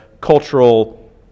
cultural